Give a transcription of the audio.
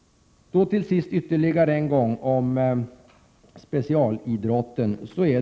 Till sist än en gång några ord om specialidrotten.